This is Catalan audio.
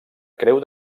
creu